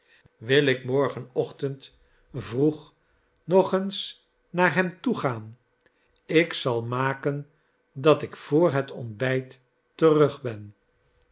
wil ik morgenochtend vroeg nog eens naar hem toegaan ik zal maken dat ik voor het ontbijt terug ben